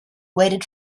waited